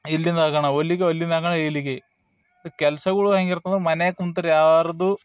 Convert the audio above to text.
ಇಲ್ಲಿನ ಗಣ ಒಲ್ಲಿಗೆ ಒಲ್ಲಿನ ಗಣ ಇಲ್ಲಿಗೆ ಕೆಲ್ಸಗಳು ಹೆಂಗಿರ್ತದೆ ಮನೆಗೆ ಕುಂತ್ರೆ ಯಾರದು